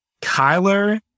Kyler